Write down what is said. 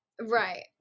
right